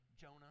Jonah